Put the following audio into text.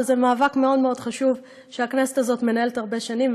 שזה מאבק מאוד מאוד חשוב שהכנסת הזו מנהלת הרבה מאוד שנים,